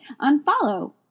unfollow